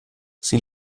sie